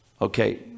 Okay